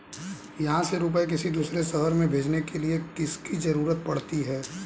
यहाँ से रुपये किसी दूसरे शहर में भेजने के लिए किसकी जरूरत पड़ती है?